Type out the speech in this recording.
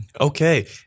Okay